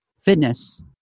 fitness